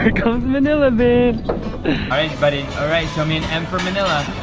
here comes manilla-bean. alright buddy, alright. draw me an m for manilla.